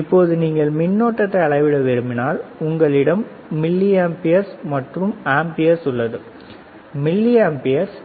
இப்போது நீங்கள் மின்னோட்டத்தை அளவிட விரும்பினால் உங்களிடம் மில்லியம்பியர்ஸ் மற்றும் ஆம்பியர்ஸ் உள்ளதுமில்லியம்பியர்ஸ்